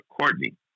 Courtney